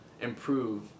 improve